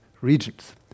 regions